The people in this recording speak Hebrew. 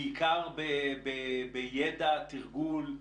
בעיקר בידע, תרגול,